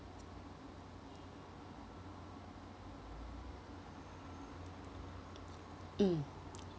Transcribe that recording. mm